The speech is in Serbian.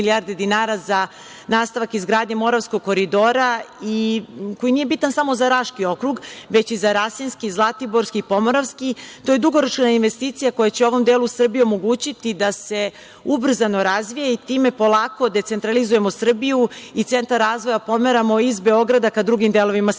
za nastavak izgradnje Moravskog koridora i koji nije bitan samo za Raški okrug, već i za Rasinski, Zlatiborski, Povoravski. To je dugoročna investicija koja će ovom delu Srbije omogućiti da se ubrzano razvija i time polako decentralizujemo Srbiju i centar razvoja pomeramo iz Beograda ka drugim delovima Srbije.